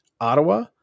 Ottawa